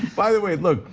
by the way, look,